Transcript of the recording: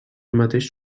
mateix